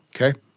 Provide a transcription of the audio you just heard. okay